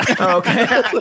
Okay